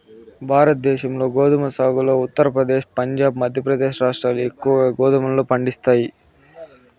భారతదేశంలో గోధుమ సాగులో ఉత్తరప్రదేశ్, పంజాబ్, మధ్యప్రదేశ్ రాష్ట్రాలు ఎక్కువగా గోధుమలను పండిస్తాయి